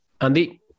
Andy